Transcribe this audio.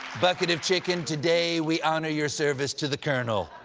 bucket of chicken, today we honor your service to the colonel.